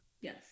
Yes